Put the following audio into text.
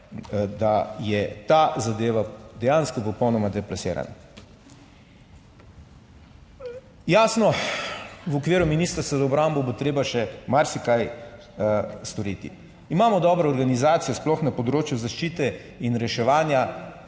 da je ta zadeva dejansko popolnoma deplasirana. Jasno, v okviru Ministrstva za obrambo bo treba še marsikaj storiti. Imamo dobro organizacijo sploh na področju zaščite in reševanja,